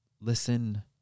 listen